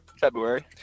February